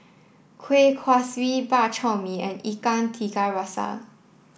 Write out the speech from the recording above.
Kuih Kaswi Bak Chor Mee and Ikan Tiga Rasa